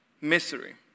misery